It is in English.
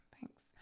thanks